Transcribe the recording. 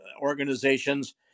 organizations